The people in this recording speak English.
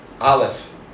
Aleph